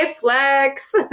flex